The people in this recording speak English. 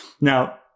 Now